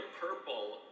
purple